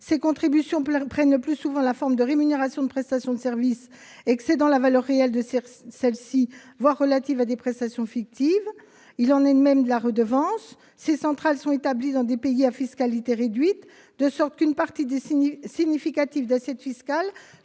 Ces contributions prennent le plus souvent la forme de rémunérations de prestations de services excédant la valeur réelle de ces dernières, voire relatives à des prestations fictives. Il en est de même des redevances. Ces centrales sont établies dans des pays à fiscalité réduite, de sorte qu'une partie significative d'assiette fiscale